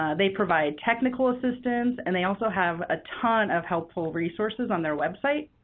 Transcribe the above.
ah they provide technical assistance, and they also have a ton of helpful resources on their website,